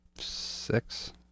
Six